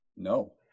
No